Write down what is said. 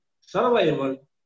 survival